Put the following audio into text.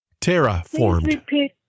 Terraformed